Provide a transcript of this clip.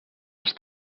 als